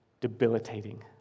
debilitating